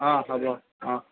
অ হ'ব অ